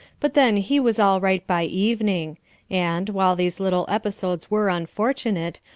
but then he was all right by evening and, while these little episodes were unfortunate,